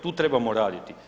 Tu trebamo raditi.